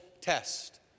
test